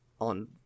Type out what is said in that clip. on